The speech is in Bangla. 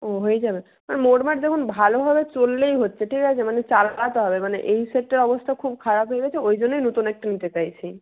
ও হয়ে যাবে হ্যাঁ মোটমাট দেখুন ভালোভাবে চললেই হচ্ছে ঠিক আছে মানে চালাতে হবে মানে এই সেটটার অবস্থা খুব খারাপ হয়ে গেছে ওই জন্যই নতুন একটা নিতে চাইছি